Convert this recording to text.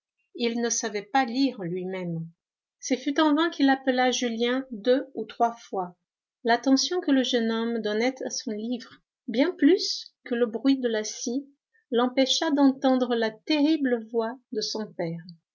il ne savait pas lire lui-même ce fut en vain qu'il appela julien deux ou trois fois l'attention que le jeune homme donnait à son livre bien plus que le bruit de la scie l'empêcha d'entendre la terrible voix de son père